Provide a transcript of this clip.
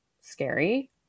scary